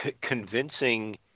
convincing